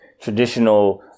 traditional